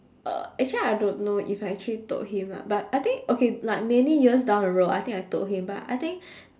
uh actually I don't know if I actually told him lah but I think okay like many years down the road I think I told him but I think